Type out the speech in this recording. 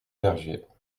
vergers